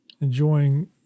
enjoying